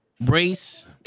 Brace